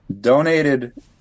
donated